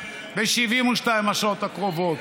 ב-72 השעות הקרובות.